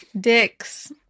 Dicks